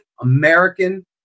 American